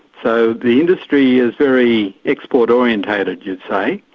so the industry is very export-oriented you'd say,